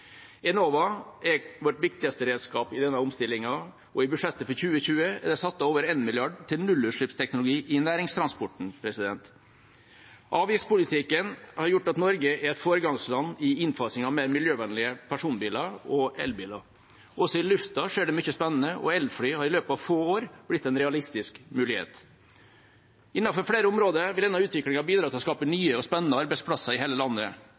Enova er vårt viktigste redskap i denne omstillingen, og i budsjettet for 2020 er det satt av over 1 mrd. kr til nullutslippsteknologi i næringstransporten. Avgiftspolitikken har gjort at Norge er et foregangsland i innfasingen av mer miljøvennlige personbiler og elbiler. Også i lufta skjer det mye spennende, og elfly har i løpet av få år blitt en realistisk mulighet. Innenfor flere områder vil denne utviklingen bidra til å skape nye og spennende arbeidsplasser i hele landet,